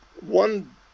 one